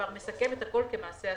שמסכם הכול כמעשה עשוי.